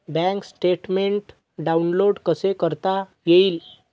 Bank statement download कसे करता येईल?